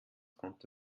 konnte